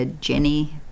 Jenny